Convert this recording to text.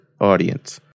audience